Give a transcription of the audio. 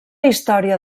història